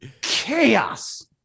chaos